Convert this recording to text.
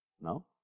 No